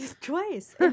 Twice